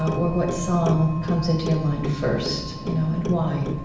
or what song, comes into your mind first you know and why